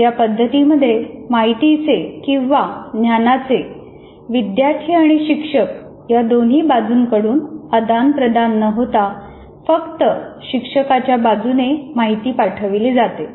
या पद्धतीमध्ये माहितीचे किंवा ज्ञानाचे विद्यार्थी आणि शिक्षक या दोन्ही बाजूंकडून आदान प्रदान न होता फक्त शिक्षकांच्या बाजूने माहिती पाठविली जाते